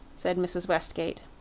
said mrs. westgate.